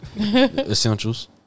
Essentials